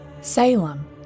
Salem